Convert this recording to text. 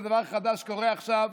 זה דבר חדש שקורה עכשיו,